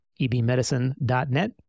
ebmedicine.net